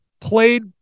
played